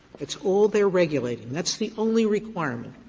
that's all they are regulating. that's the only requirement.